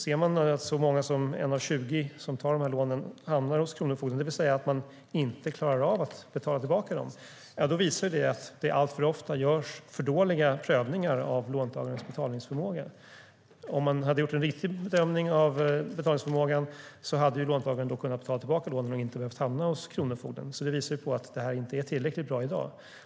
Så många som 1 av 20 som tar de här lånen hamnar hos kronofogden, det vill säga att de inte klarar av att betala tillbaka dem. Det visar att det alltför ofta görs för dåliga prövningar av låntagarens betalningsförmåga. Om man hade gjort en riktig bedömning av betalningsförmågan hade låntagaren kunnat betala tillbaka lånen och hade inte behövt hamna hos kronofogden. Det visar alltså att det inte är tillräckligt bra i dag.